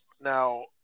Now